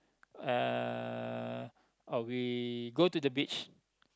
uh or we go to the beach